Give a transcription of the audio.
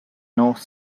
north